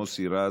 מוסי רז.